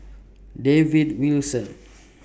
David Wilson